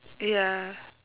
ya